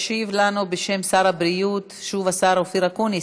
ישיב לנו שוב, בשם שר הבריאות, השר אקוניס.